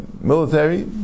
military